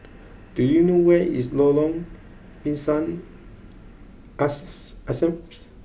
do you know where is Lorong Pisang asses Asam